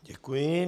Děkuji.